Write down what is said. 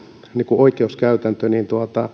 oikeuskäytäntö niin